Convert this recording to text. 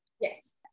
Yes